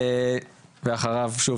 ואחריו שוב,